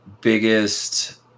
biggest –